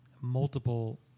multiple